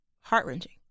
heart-wrenching